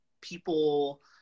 people